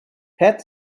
pet